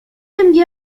envió